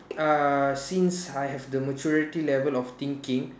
uh since I have the maturity level of thinking